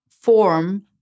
form